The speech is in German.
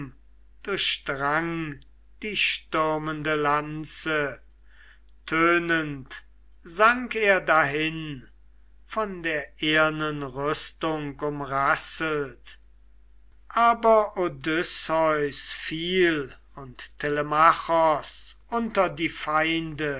durchdrang die stürmende lanze tönend sank er dahin von der ehernen rüstung umrasselt aber odysseus fiel und telemachos unter die feinde